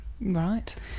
Right